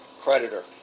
creditor